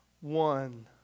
one